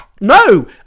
No